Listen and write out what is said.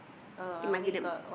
it must be the